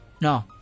No